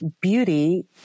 beauty